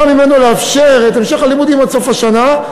ממנו לאפשר את המשך הלימודים עד סוף השנה.